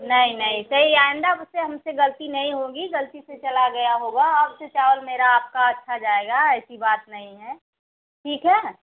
नहीं नहीं सही आइंदा से हम से ग़लती नहीं होगी ग़लती से चला गया होगा अब से चावल मेरा आपका अच्छा जाएगा ऐसी बात नहीं है ठीक है